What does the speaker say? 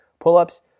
pull-ups